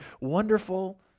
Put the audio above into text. wonderful